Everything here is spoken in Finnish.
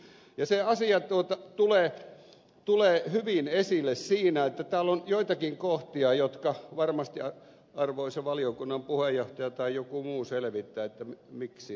ja se asia tulee hyvin esille siinä että täällä on joitakin kohtia jotka varmasti arvoisa valiokunnan puheenjohtaja tai joku muu selvittää miksi näin